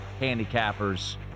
handicappers